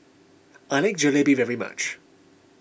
I like Jalebi very much